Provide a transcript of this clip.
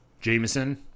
Jameson